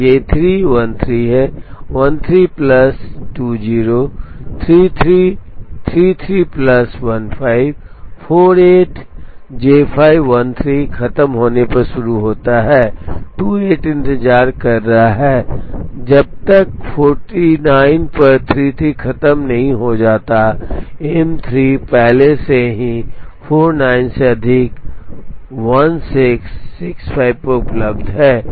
तो J3 13 है 13 plus 203333 plus 1548 J5 13 खत्म होने पर शुरू होता है 28 इंतजार कर रहा है जब तक 49 पर 33 खत्म नहीं हो जाता है M3 पहले से ही 49 से अधिक 16is 65 उपलब्ध है